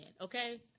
okay